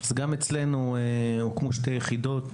גם אצלנו הוקמו שתי יחידות,